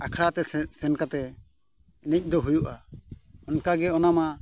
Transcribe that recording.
ᱟᱠᱷᱲᱟ ᱛᱮ ᱥᱮᱱ ᱠᱟᱛᱮᱫ ᱢᱤᱫ ᱫᱚ ᱦᱩᱭᱩᱜᱼᱟ ᱚᱱᱠᱟ ᱜᱮ ᱚᱱᱟ ᱢᱟ